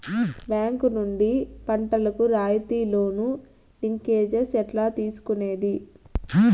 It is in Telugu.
బ్యాంకు నుండి పంటలు కు రాయితీ లోను, లింకేజస్ ఎట్లా తీసుకొనేది?